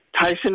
Tyson